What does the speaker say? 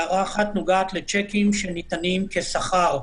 הערה אחת נוגעת לשיקים שניתנים כשכר.